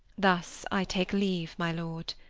thus i take leave my lord,